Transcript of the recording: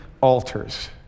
altars